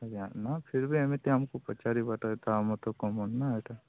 ଆଜ୍ଞା ନା ଫିର୍ ଭି ଏମିତି ଆମକୁ ପଚାରିବାଟା ଏଇତ ଆମର ତ କମନ୍ ନା ଏଇଟା